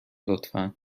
لطفا